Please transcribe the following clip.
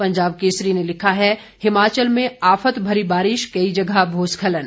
पंजाब केसरी ने लिखा है हिमाचल में आफत भरी बारिश कई जगह भूस्खलन